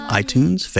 iTunes